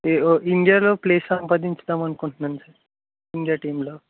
ఏవో ఇండియాలో ప్లేస్ సంపాదించుదామనుకుంటున్నాను సార్ ఇండియా టీమ్లో